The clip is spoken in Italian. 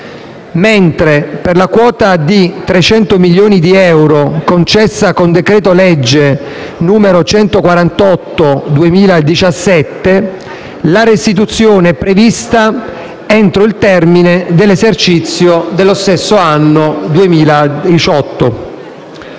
mentre per la quota di 300 milioni di euro, concessa con decreto- legge n. 148 del 2017, la restituzione è prevista entro il termine dell'esercizio dello stesso anno 2018.